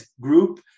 group